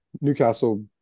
Newcastle